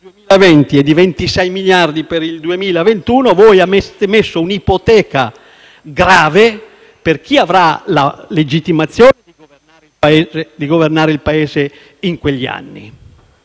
e 26 miliardi nel 2021 avete messo un'ipoteca grave per chi avrà la legittimazione di governare il Paese in quegli anni.